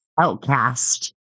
outcast